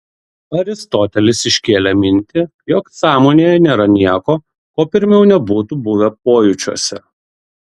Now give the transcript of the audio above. aristotelis iškėlė mintį jog sąmonėje nėra nieko ko pirmiau nebūtų buvę pojūčiuose